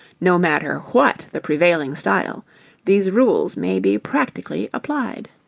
no matter what the prevailing style these rules may be practically applied.